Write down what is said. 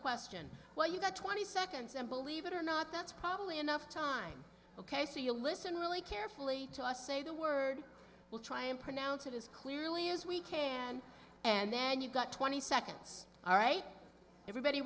question well you got twenty seconds and believe it or not that's probably enough time ok so you listen really carefully to us say the word we'll try and pronounce it as clearly as we can and then you've got twenty seconds all right everybody